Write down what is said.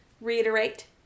reiterate